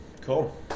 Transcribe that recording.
Cool